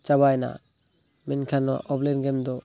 ᱪᱟᱵᱟᱭᱮᱱᱟ ᱢᱮᱱᱠᱷᱟᱱ ᱚᱯᱷᱞᱟᱭᱤᱱ ᱜᱮᱢᱫᱚ